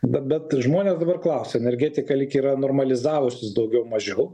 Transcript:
bet bet žmonės dabar klausia energetika lyg yra normalizavusis daugiau mažiau